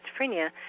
schizophrenia